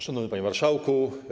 Szanowny Panie Marszałku!